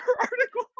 article